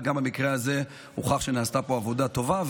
וגם במקרה הזה הוכח שנעשתה פה עבודה טובה,